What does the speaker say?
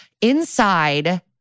Inside